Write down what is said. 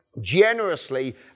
generously